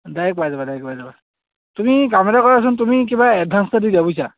direct পাই যাব direct পাই যাবা তুমি কাম এটা কৰাছোন তুমি কিবা এডভাঞ্চ এটা দি দিয়া বুইছা